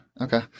Okay